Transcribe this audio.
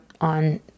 on